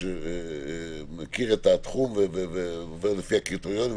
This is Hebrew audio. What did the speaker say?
שמכיר את התחום ועובד לפי הקריטריונים,